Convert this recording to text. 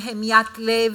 מהמיית לב,